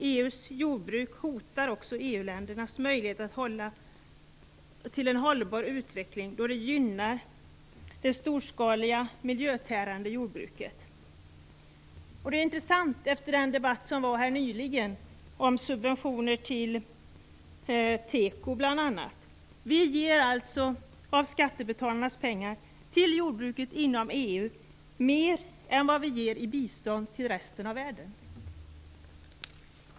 EU:s jordbruk hotar också EU-ländernas möjlighet till en hållbar utveckling eftersom det gynnar det storskaliga, miljötärande jordbruket. Det är, med tanke på den diskussion som var här nyligen om subventioner till bl.a. tekoindustrin, intressant att vi av skattebetalarnas pengar ger mer till jordbruket inom EU än vad vi ger i bistånd till resten av världen.